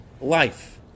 life